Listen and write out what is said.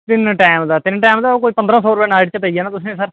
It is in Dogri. तीन टाईम दा तीन टाईम दा तुसेंगी कोई पंदरां सौ च पेई जाना सर